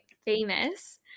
famous